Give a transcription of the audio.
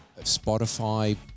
Spotify